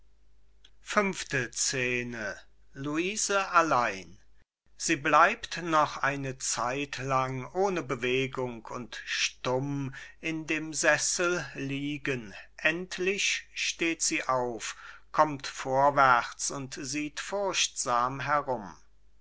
luise allein sie bleibt noch eine zeit lang ohne bewegung und stumm in dem sessel liegen endlich steht sie auf kommt vorwärts und sieht furchtsam herum